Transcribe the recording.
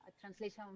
translation